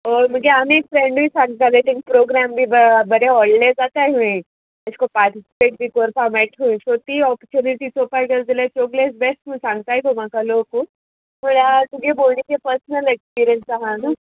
हय म्हगे आमी फ्रेंडूय सांगता तें प्रोग्राम बी बरें व्हडलें जाताय हूंय एशें कोन्न पाटिसिपेट बी करपा मेळटी ऑपोर्च्युनिटी चोवपा गेले जाल्यार चौगुलेज बेस्ट म्हूण सांगताय खंय म्हाका लोकू म्हळ्यार तुगे भोंवणीचे पर्सनल एक्सपिरियंस आहा न्हू